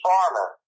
Farmer